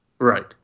Right